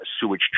sewage